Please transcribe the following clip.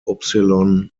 upsilon